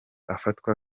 afatwa